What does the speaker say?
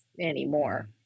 anymore